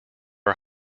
are